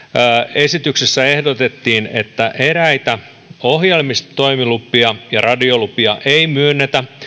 esityksessä ehdotettiin että eräitä ohjelmistotoimilupia ja radiolupia ei myönnetä